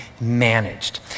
managed